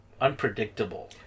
unpredictable